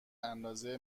اندازه